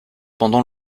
pendant